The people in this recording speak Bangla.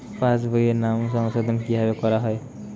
পাশ বইয়ে নাম সংশোধন কিভাবে করা হয়?